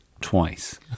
twice